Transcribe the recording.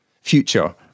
future